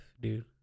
dude